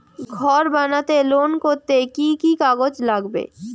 ঘর বানাতে লোন করতে কি কি কাগজ লাগবে?